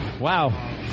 Wow